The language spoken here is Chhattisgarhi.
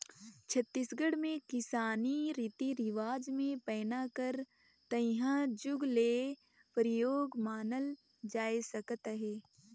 छत्तीसगढ़ मे किसानी रीति रिवाज मे पैना कर तइहा जुग ले परियोग मानल जाए सकत अहे